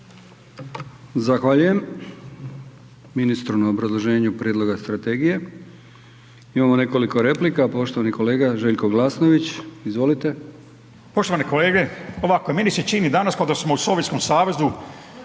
Zahvaljujem ministru na obrazloženju prijedloga strategije. Imamo nekoliko replika. Poštovani kolega Željko Glasnović. Izvolite. **Glasnović, Željko (Nezavisni)** Poštovane kolege, ovako, meni se čini danas kao da smo u Sovjetskom savezu